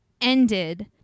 ended